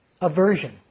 aversion